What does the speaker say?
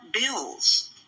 bills